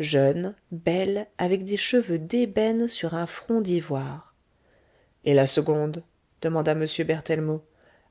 jeune belle avec des cheveux d'ébène sur un front d'ivoire et la seconde demanda m berthellemot